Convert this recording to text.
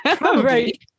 right